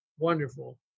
wonderful